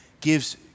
gives